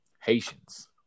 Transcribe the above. Haitians